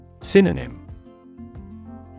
Synonym